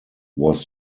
was